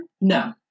No